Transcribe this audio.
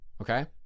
okay